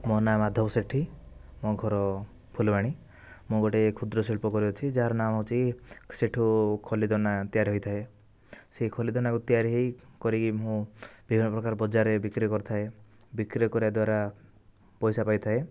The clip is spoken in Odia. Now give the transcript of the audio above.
ମୋ ନା ମାଧବ ସେଠି ମୋ ଘର ଫୁଲବାଣୀ ମୁଁ ଗୋଟିଏ କ୍ଷୁଦ୍ରଶିଳ୍ପ କରିଛି ଯାହାର ନା ହେଉଛି ସେଇଠୁ ଖଲିଦନା ତିଆରି ହୋଇଥାଏ ସେ ଖଲିଦନାକୁ ତିଆରି ହୋଇ କରିକି ମୁଁ ବିଭିନ୍ନ ପ୍ରକାରର ବଜାରରେ ବିକ୍ରି କରିଥାଏ ବିକ୍ରି କରିବା ଦ୍ୱାରା ପଇସା ପାଇଥାଏ